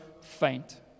faint